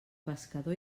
pescador